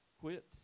Quit